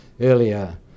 earlier